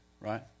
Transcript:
right